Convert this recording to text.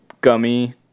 gummy